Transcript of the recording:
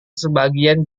sebagian